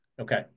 Okay